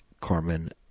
Carmen